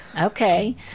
Okay